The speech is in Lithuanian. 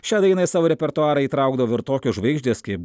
šią dainą į savo repertuarą įtraukdavo ir tokios žvaigždės kaip